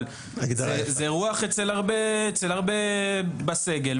אבל זו הרוח אצל הרבה אנשי סגל,